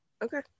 Okay